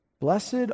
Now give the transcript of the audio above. Blessed